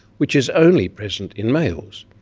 which is only present in males.